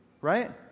Right